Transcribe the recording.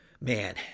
Man